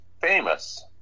famous